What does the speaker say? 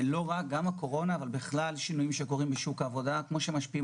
הקורונה ובכלל שינויים שקורים בשוק העבודה משפיעים